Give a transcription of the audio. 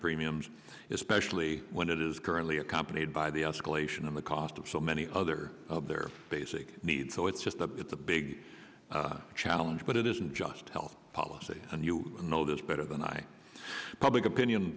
premiums especially when it is currently accompanied by the escalation in the cost of so many other of their basic needs so it's just a it's a big challenge but it isn't just health policy and you know this better than i public opinion